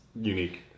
unique